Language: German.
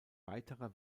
weiterer